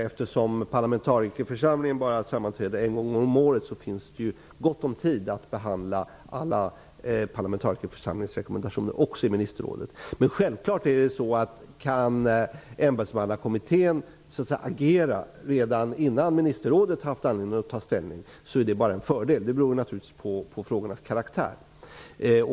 Eftersom parlamentarikerförsamlingen sammanträder bara en gång om året, finns det gott om tid att behandla alla parlamentarikerförsamlingens rekommendationer också i ministerrådet. Men om ämbetsmannakommittén kan agera redan innan ministerrådet har haft anledning att ta ställning, är det självklart bara en fördel. Det beror naturligtvis på frågornas karaktär.